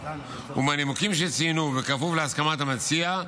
ומהנימוקים שצוינו ובכפוף להסכמת המציע,